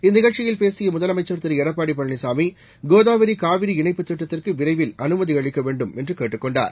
இந்நிகழ்ச்சியில் பேசிய முதலமைச்சர் திரு எடப்பாடி பழனிசாமி கோதாவரி காவிரி இணைப்பு திட்டத்திற்கு விரைவில் அனுமதி அளிக்க வேண்டும் என்று கேட்டுக்கொண்டார்